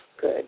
good